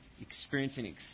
experiencing